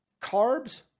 Carbs